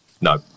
no